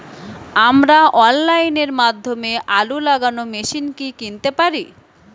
আমরা অনলাইনের মাধ্যমে আলু লাগানো মেশিন কি কিনতে পারি?